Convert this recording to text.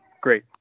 great